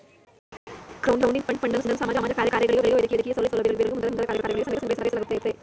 crowding ಫಂಡನ್ನು ಸಮಾಜ ಕಾರ್ಯಗಳಿಗೆ ವೈದ್ಯಕೀಯ ಸೌಲಭ್ಯಗಳಿಗೆ ಮುಂತಾದ ಕಾರ್ಯಗಳಿಗೆ ಸಂಗ್ರಹಿಸಲಾಗುತ್ತದೆ